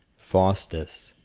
faustus,